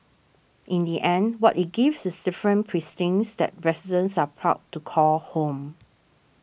in the end what it gives is different precincts that residents are proud to call home